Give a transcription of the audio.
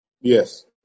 Yes